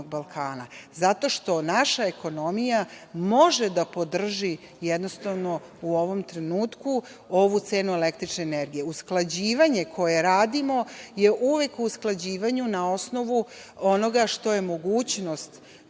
zato što naša ekonomija može da podrži jednostavno u ovom trenutku ovu cenu električne energije. Usklađivanje koje radimo je uvek usklađivanje na osnovu onoga što je mogućnost